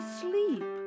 sleep